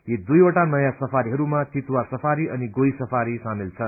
यी दुईवटा नयाँ सफारीहरूमा चितुवा सफारी अनि गोही सफारी रहेको छ